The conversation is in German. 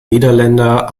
niederländer